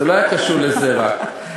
זה לא היה קשור לזה רק.